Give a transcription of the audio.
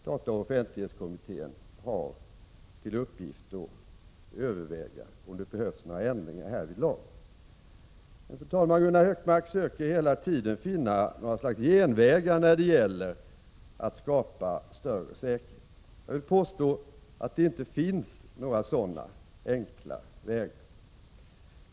Dataoch offentlighetskommittén har till uppgift att överväga om det behövs några ändringar härvidlag. Fru talman! Gunnar Hökmark söker hela tiden finna några slags genvägar när det gäller att skapa större säkerhet. Jag vill påstå att det inte finns några sådana enkla vägar.